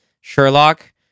Sherlock